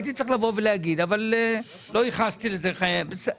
הייתי צריך לבוא ולהגיד אבל לא ייחסתי לזה חשיבות.